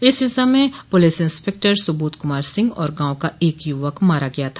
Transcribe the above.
इस हिंसा में पुलिस इंस्पक्टर सुबोध कुमार सिंह और गांव का एक युवक मारा गया था